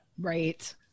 Right